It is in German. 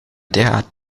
derart